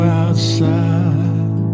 outside